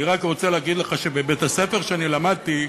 אני רק רוצה להגיד לך שבבית-הספר שאני למדתי,